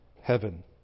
heaven